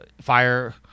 Fire